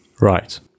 Right